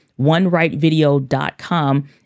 onerightvideo.com